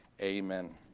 Amen